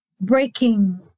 breaking